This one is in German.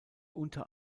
unter